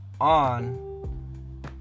on